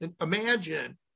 imagine